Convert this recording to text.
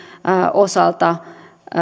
osalta